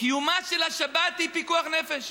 שקיומה של השבת הוא פיקוח נפש.